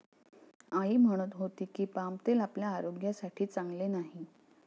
आई म्हणत होती की, पाम तेल आपल्या आरोग्यासाठी चांगले नाही